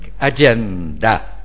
agenda